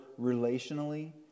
relationally